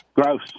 gross